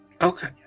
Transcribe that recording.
Okay